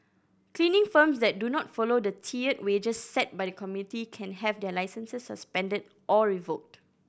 cleaning firms that do not follow the tiered wages set by the committee can have their licences suspended or revoked